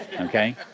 okay